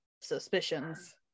suspicions